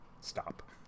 stop